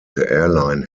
airline